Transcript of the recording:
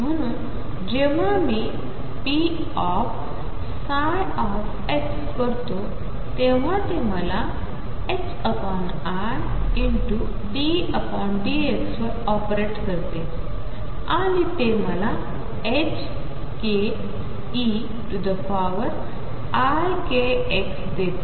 म्हणून जेव्हा मी popψ करतो तेव्हा ते मला iddx वर ऑपरेट करते आणि ते मला ℏk eikx देते